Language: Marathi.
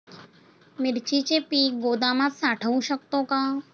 मिरचीचे पीक गोदामात साठवू शकतो का?